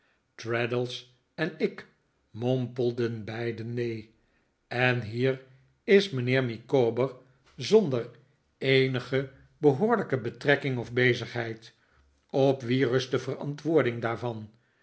traddles en ik mompelden beiden neen en hier is mijnheer micawber zonder eenige behoorlijke betrekking of bezigheid op wien rust de verantwoording daarvan